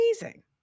amazing